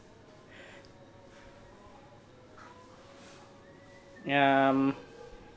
um